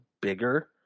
bigger